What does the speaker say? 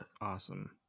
awesome